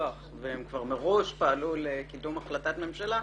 והם כבר מראש פעלו לקידום החלטת ממשלה,